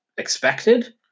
expected